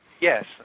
yes